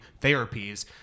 therapies